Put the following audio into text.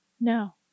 No